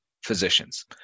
Physicians